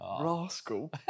Rascal